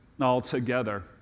altogether